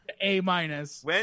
A-minus